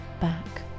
back